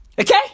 Okay